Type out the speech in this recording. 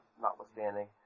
notwithstanding